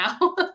now